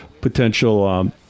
potential